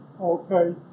Okay